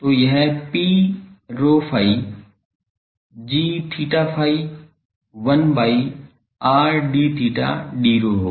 तो यह Pρ ϕ g theta phi 1 by r d theta d rho होगा